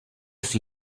sui